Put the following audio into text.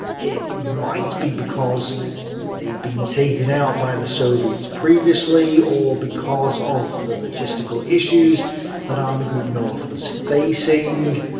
it might be because they'd been taken out by the soviets previously, or because of the logistical issues that army group north was facing.